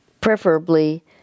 preferably